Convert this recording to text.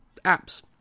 apps